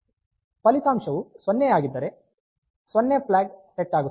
ಫಲಿತಾಂಶವು 0 ಆಗಿದ್ದರೆ 0 flag set ಆಗುತ್ತದೆ ಅದು ಎನ್ ಝೆಡ್ ಸಿ ವಿ